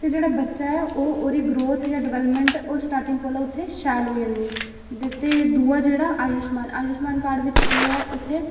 ते जेह्ड़ा बच्चा ऐ ओह् ओह्दी ग्रोथ जां डवैल्पमैंट ओह् स्टार्टिंग कोला उत्थै शैल होई जंदी ते दूआ जेह्ड़ा आयुशमान आयुशमान कार्ड बिच एह् ऐ उत्थै